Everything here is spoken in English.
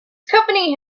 company